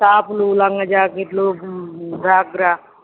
టాపులు లంగా జాకెట్లు గాగ్ర